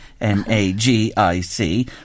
M-A-G-I-C